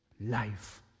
life